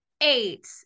eight